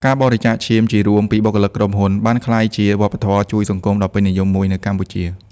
ការបរិច្ចាគឈាមជារួមពីបុគ្គលិកក្រុមហ៊ុន បានក្លាយជាវប្បធម៌ជួយសង្គមដ៏ពេញនិយមមួយនៅកម្ពុជា។